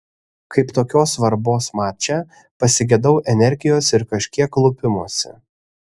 kaip tokios svarbos mače pasigedau energijos ir kažkiek lupimosi